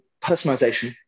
personalization